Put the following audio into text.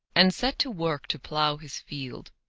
and set to work to plough his field.